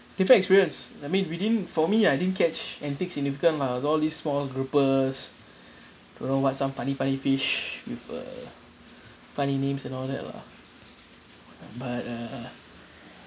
if I experience that mean within for me I didn't catch any significant lah with all these small groupers don't know what some funny funny fish with a funny names and all that lah but uh